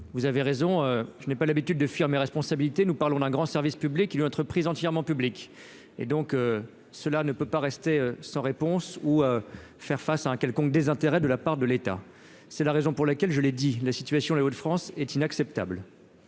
vous avez raison, je n'ai pas l'habitude de fuir mes rêves. On s'habiliter nous parlons d'un grand service public qui doit être prise entièrement public et donc cela ne peut pas rester sans réponse ou faire face à un quelconque désintérêt de la part de l'État, c'est la raison pour laquelle je l'ai dit la situation Les France est inacceptable